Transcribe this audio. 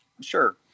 Sure